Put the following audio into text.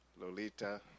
Lolita